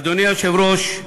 אדוני היושב-ראש,